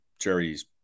Jerry's